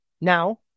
now